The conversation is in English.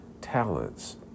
talents